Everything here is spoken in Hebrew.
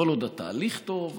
כל עוד התהליך טוב,